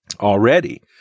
already